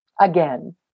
again